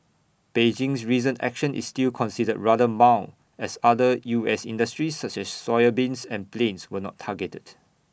Beijing's recent action is still considered rather mild as other us industries such as soybeans and planes were not targeted